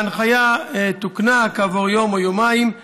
ההנחיה תוקנה כעבור יום או יומיים,